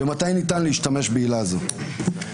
ומתי ניתן להשתמש בעילה זו.